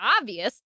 obvious